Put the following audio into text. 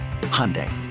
Hyundai